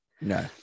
No